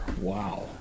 wow